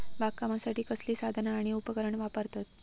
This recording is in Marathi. बागकामासाठी कसली साधना आणि उपकरणा वापरतत?